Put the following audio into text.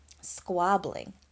Squabbling